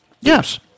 Yes